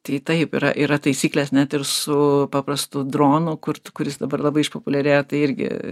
tai taip yra yra taisyklės net ir su paprastu dronu kur kuris dabar labai išpopuliarėjo tai irgi